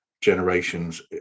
generations